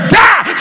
die